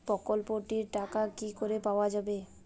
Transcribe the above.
প্রকল্পটি র টাকা কি করে পাওয়া যাবে?